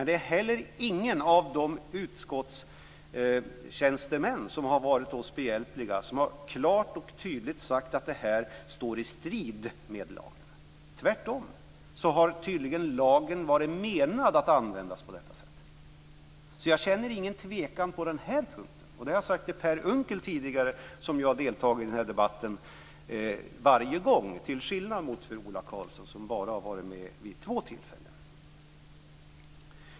Det är heller ingen av de utskottstjänstemän som har varit oss behjälpliga som har klart och tydligt sagt att detta står i strid med lagen. Tvärtom! Tydligen har lagen varit menad att användas på detta sätt. Jag känner inget tvivel på den punkten. Det har jag sagt till Per Unckel tidigare. Han har deltagit i debatten varje gång, till skillnad från Ola Karlsson som bara har deltagit vid två tillfällen.